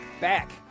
back